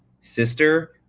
sister